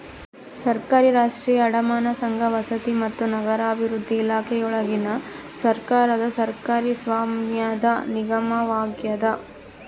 ಸರ್ಕಾರಿ ರಾಷ್ಟ್ರೀಯ ಅಡಮಾನ ಸಂಘ ವಸತಿ ಮತ್ತು ನಗರಾಭಿವೃದ್ಧಿ ಇಲಾಖೆಯೊಳಗಿನ ಸರ್ಕಾರದ ಸರ್ಕಾರಿ ಸ್ವಾಮ್ಯದ ನಿಗಮವಾಗ್ಯದ